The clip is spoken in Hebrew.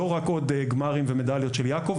לא רק עוד גמרים ומדליות של יעקב,